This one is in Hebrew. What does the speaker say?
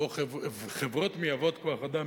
ובו חברות מייבאות כוח-אדם,